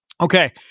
Okay